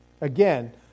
Again